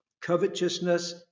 covetousness